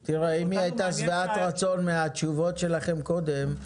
אותנו מעניין --- אם היא הייתה שבעת רצון מהתשובות שלכם קודם,